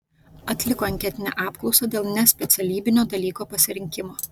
atliko anketinę apklausą dėl nespecialybinio dalyko pasirinkimo